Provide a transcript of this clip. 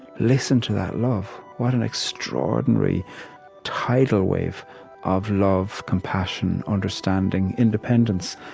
listen to that love what an extraordinary tidal wave of love, compassion, understanding, independence,